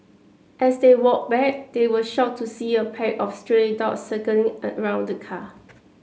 as they walked back they were shocked to see a pack of stray dogs circling around the car